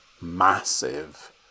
massive